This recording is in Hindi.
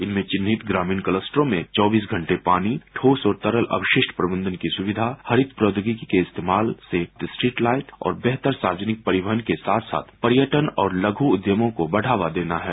इनमें चिनहित ग्रामीण कलस्ट्रों में चौबीस घंटे पानी ठोस और तरल अवशिष्ठ प्रबंधन की सुविधा हरित प्रौद्योगिकी के इस्तेमाल से स्ट्रीट लाईट और बेहतर सार्वजनिक परिवहन के साथ साथ पर्यटन और लघु उद्द्यमों को बढ़ावा देना है